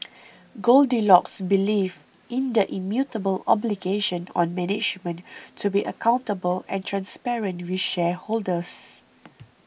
goldilocks believes in the immutable obligation on management to be accountable and transparent with shareholders